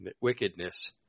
wickedness